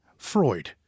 Freud